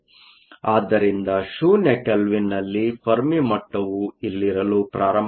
ಆದ್ದರಿಂದ ಶೂನ್ಯ ಕೆಲ್ವಿನ್ನಲ್ಲಿ ಫೆರ್ಮಿ ಮಟ್ಟವು ಇಲ್ಲಿರಲು ಪ್ರಾರಂಭವಾಗುತ್ತದೆ